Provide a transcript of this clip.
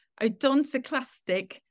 Odontoclastic